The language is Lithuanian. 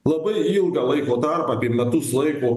labai ilgą laiko tarpą apie metus laiko